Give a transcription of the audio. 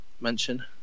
Mention